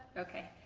ok.